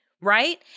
right